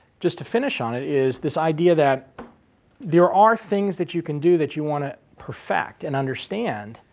just to finish on it is this idea that there are things that you can do that you want to perfect and understand.